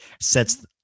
sets